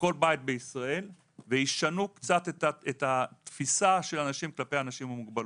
לכל בית בישראל וישנו קצת את התפישה של האנשים כלפי אנשים עם מוגבלות.